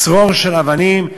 צרור של אבנים,